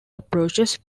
approaches